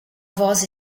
voz